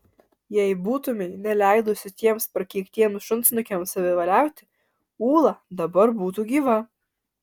jei būtumei neleidusi tiems prakeiktiems šunsnukiams savivaliauti ūla dabar būtų gyva